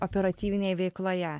operatyvinėj veikloje